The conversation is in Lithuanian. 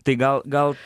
tai gal gal